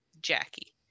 Jackie